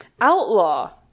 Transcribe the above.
outlaw